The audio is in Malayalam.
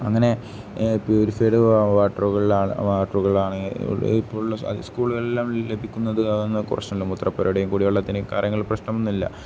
അങ്ങനെ ഏ പ്യൂരിഫൈഡ് വാട്ടറുകളില് വാട്ടറുകളാണ് ഇപ്പോൾ ഉള്ള സ്കൂളുകള്ലെല്ലാം ലഭിക്കുന്നത് മുത്രപ്പുരയുടെയും കൂടിവെള്ളത്തിൻ്റെയും കാര്യങ്ങൾ പ്രശ്നമൊന്നും ഇല്ല